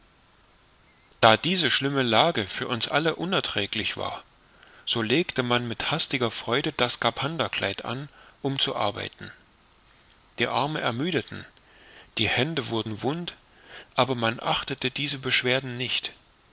da diese schlimme lage für uns alle unerträglich war so legte man mit hastiger freude das skaphanderkleid an um zu arbeiten die arme ermüdeten die hände wurden wund aber man achtete diese beschwerden nicht